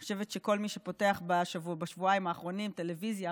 אני חושבת שכל מי שפותח בשבועיים האחרונים טלוויזיה,